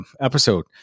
episode